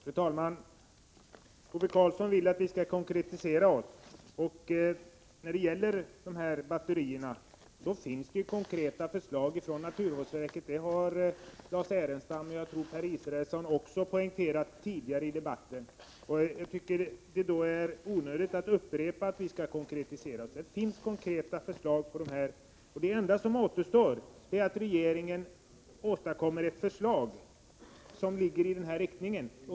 Fru talman! Ove Karlsson vill att vi skall konkretisera oss. När det gäller batterier finns det konkreta förslag från naturvårdsverket. Det har Lars Ernestam och även Per Israelsson poängterat tidigare i debatten. Jag tycker att det då är onödigt att upprepa att vi skall konkretisera oss. Det finns ju konkreta förslag. Det enda som återstår är att regeringen kommer med ett förslag med samma inriktning.